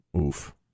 Oof